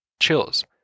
chills